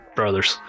brothers